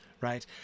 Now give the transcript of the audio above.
Right